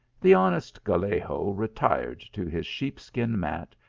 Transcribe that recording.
the honest gallego retired to his sheepskin mat,